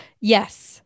yes